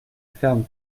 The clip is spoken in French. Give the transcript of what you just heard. ferme